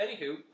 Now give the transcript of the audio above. Anywho